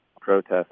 protest